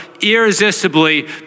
irresistibly